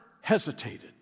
hesitated